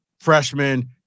freshman